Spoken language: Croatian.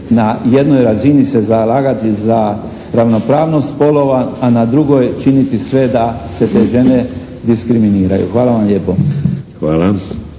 Hvala vam lijepo.